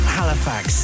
Halifax